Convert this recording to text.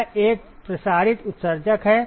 यह एक प्रसारित उत्सर्जक है